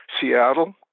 Seattle